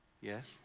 Yes